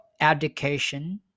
Education